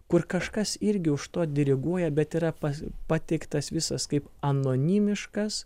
kur kažkas irgi už to diriguoja bet yra pas pateiktas visas kaip anonimiškas